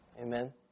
Amen